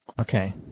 Okay